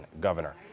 governor